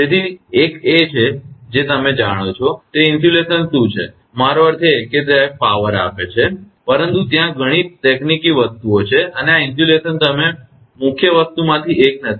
તેથી એક એ છે કે તમે જાણો છો તે ઇન્સ્યુલેશન શું છે મારો અર્થ એ છે કે તે પાવર આવે છે પરંતુ ત્યાં ઘણી તકનીકી વસ્તુઓ છે અને આ ઇન્સ્યુલેશન તમે મુખ્ય વસ્તુમાંની એક નથી